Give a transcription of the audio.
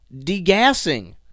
degassing